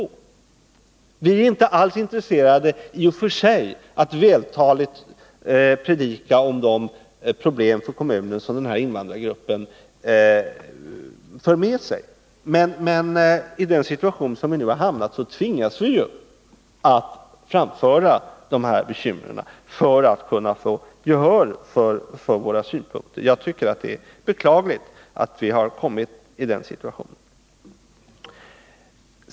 Vi är i och för sig inte alls intresserade av att vältaligt predika om de problem som denna invandrargrupp för med sig för kommunen, men i den situation vi nu hamnat i tvingas vi att framföra dessa bekymmer för att få gehör för våra synpunkter. Jag tycker det är beklagligt att vi kommit i denna situation.